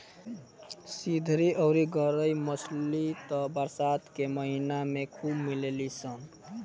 सिधरी अउरी गरई मछली त बरसात के महिना में खूब मिलेली सन